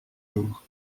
jours